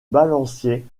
balancier